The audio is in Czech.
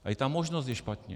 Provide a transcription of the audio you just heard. Ale i ta možnost je špatně.